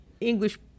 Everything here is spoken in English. English